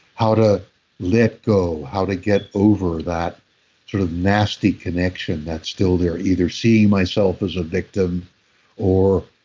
how to let go. how to get over that sort of nasty connection that's still there. either seeing myself as a victim or